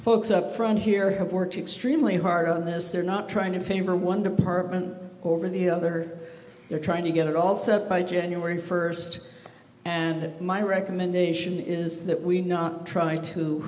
folks up front here have worked extremely hard on this they're not trying to figure one department over the other they're trying to get it all set by january first and my recommendation is that we not try to